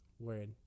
word